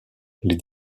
les